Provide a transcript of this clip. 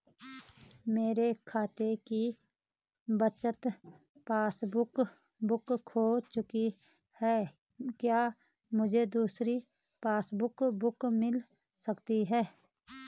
मेरे खाते की बचत पासबुक बुक खो चुकी है क्या मुझे दूसरी पासबुक बुक मिल सकती है?